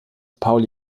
pauli